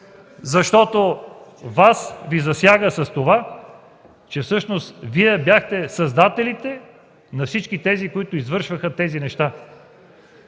Вас. Вас Ви засяга с това, че всъщност Вие бяхте създателите на всички, които вършеха тези неща.